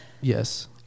yes